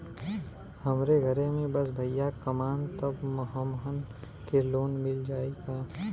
हमरे घर में बस भईया कमान तब हमहन के लोन मिल जाई का?